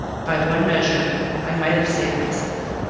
by one measure i might have saved myself.